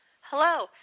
Hello